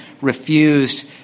refused